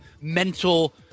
mental